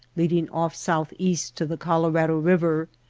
leading off southeast to the colorado river,